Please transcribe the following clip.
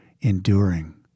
enduring